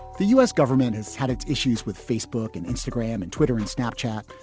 the u s. government has had its issues with facebook and instagram and twitter and snapchat.